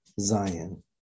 Zion